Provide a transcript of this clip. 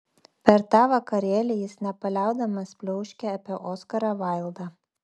per tą vakarėlį jis nepaliaudamas pliauškė apie oskarą vaildą